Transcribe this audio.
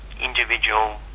individual